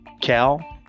Cal